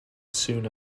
soon